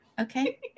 okay